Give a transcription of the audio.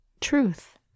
truth